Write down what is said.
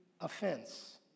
offense